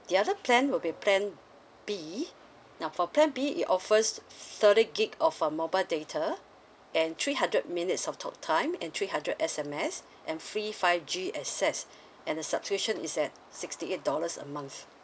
the other plan would be plan B now for plan B it offers thirty gig of a mobile data and three hundred minutes of talk time and three hundred S_M_S and free five G access and the subscription is at sixty eight dollars a month